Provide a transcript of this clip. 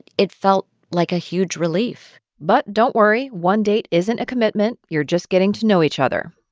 it felt like a huge relief but don't worry. one date isn't a commitment. you're just getting to know each other,